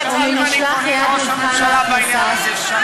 שנים אני פונה לראש הממשלה בעניין הזה.